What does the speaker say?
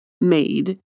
made